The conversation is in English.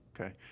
Okay